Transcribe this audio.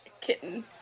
kitten